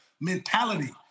mentality